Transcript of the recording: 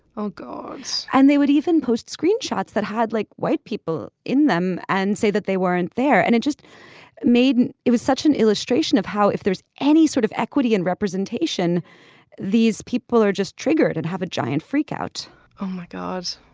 oh gods. and they would even post screenshots that had like white people in them and say that they weren't there and it just made and it was such an illustration of how if there's any sort of equity in representation these people are just triggered and have a giant freakout oh my god.